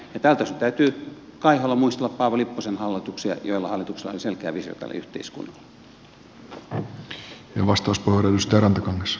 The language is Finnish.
tältä osin täytyy kaiholla muistella paavo lipposen hallituksia joilla oli selkeä visio tälle yhteiskunnalle